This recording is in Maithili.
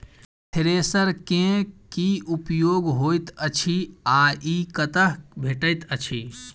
थ्रेसर केँ की उपयोग होइत अछि आ ई कतह भेटइत अछि?